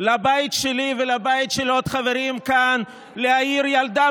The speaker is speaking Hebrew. לבית שלי ולבית של עוד חברים כאן להעיר ילדה